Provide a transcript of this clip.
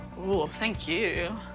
ooh, thank you.